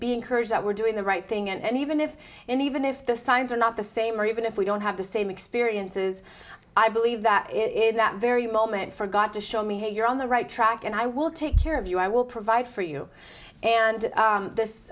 be encouraged that we're doing the right thing and even if and even if the signs are not the same or even if we don't have the same experiences i believe that it is that very moment for god to show me hey you're on the right track and i will take care of you i will provide for you and